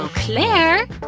so claire?